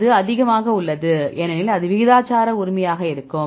அது அதிகமாக உள்ளது ஏனெனில் அது விகிதாசார உரிமையாக இருக்கும்